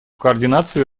координации